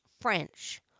French